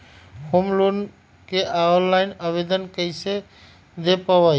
Home loan के online आवेदन कैसे दें पवई?